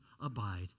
abide